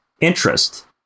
interest